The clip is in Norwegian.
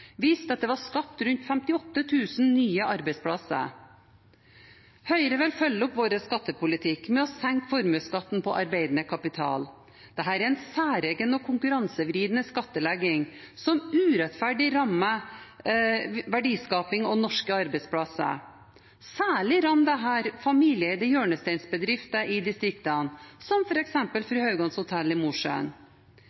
viste at det var skapt rundt 58 000 nye arbeidsplasser. Høyre vil følge opp sin skattepolitikk ved å senke formuesskatten på arbeidende kapital. Dette er en særegen og konkurransevridende skattlegging som urettferdig rammer verdiskaping og norske arbeidsplasser. Særlig rammer dette familieeide hjørnesteinsbedrifter i distriktene, som